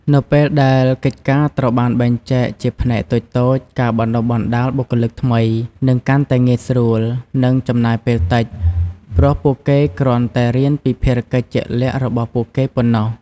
នៅពេលដែលកិច្ចការត្រូវបានបែងចែកជាផ្នែកតូចៗ ការបណ្តុះបណ្តាលបុគ្គលិកថ្មីនឹងកាន់តែងាយស្រួល និងចំណាយពេលតិច ព្រោះពួកគេគ្រាន់តែរៀនពីភារកិច្ចជាក់លាក់របស់ពួកគេប៉ុណ្ណោះ។